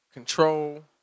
Control